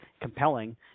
compelling